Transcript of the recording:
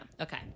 Okay